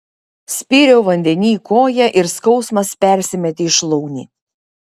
spyriau vandenyj koja ir skausmas persimetė į šlaunį